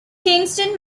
kingston